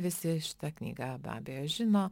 visi šitą knygą be abejo žino